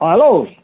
অঁ হেল্ল'